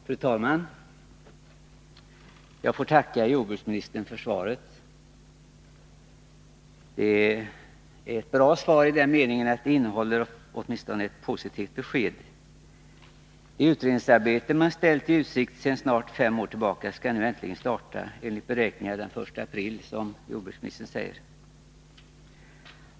Fru talman! Jag får tacka jordbruksministern för svaret. Det är ett bra svar i den meningen att det innehåller åtminstone eft positivt besked. Det utredningsarbete man har ställt i utsikt sedan snart fem år tillbaka skall nu äntligen starta — enligt beräkning den 1 april i år, som jordbruksministern sade.